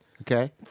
Okay